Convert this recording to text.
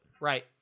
right